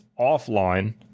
offline